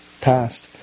past